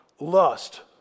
Lust